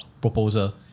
proposal